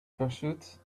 pursuit